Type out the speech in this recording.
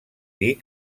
dir